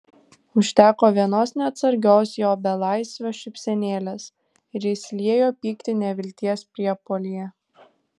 užteko vienos neatsargios jo belaisvio šypsenėlės ir jis liejo pyktį nevilties priepuolyje